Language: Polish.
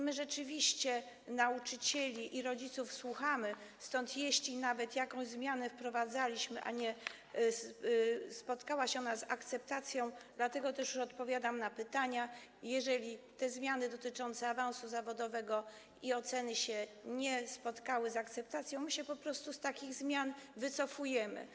My rzeczywiście nauczycieli i rodziców słuchamy, stąd jeśli nawet jakąś zmianę wprowadzaliśmy, a nie spotkała się ona z akceptacją -już odpowiadam na pytania - jeżeli zmiany dotyczące awansu zawodowego i oceny się nie spotkały z akceptacją, my się po prostu z takich zmian wycofujemy.